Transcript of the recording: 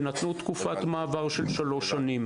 ונתנו תקופת מעבר של שלוש שנים,